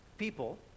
people